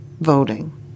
voting